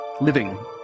living